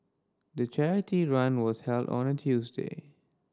the charity run was held on a Tuesday